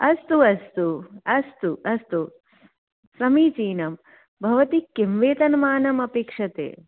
अस्तु अस्तु अस्तु अस्तु समीचीनं भवती किं वेतनमानमपेक्षते